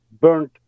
burnt